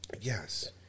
yes